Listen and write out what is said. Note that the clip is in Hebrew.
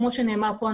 כמו שנאמר כאן,